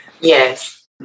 yes